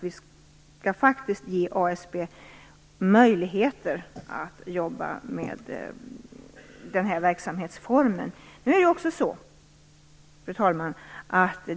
Vi skall faktiskt ge ASB möjligheter att jobba med den här verksamhetsformen. Fru talman!